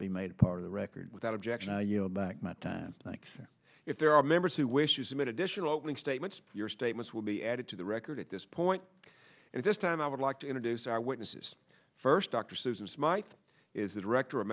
be made part of the record without objection i yield back my time thanks if there are members who wish to submit additional opening statements your statements will be added to the record at this point if this time i would like to introduce our witnesses first dr susan smyth is the director of